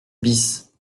bis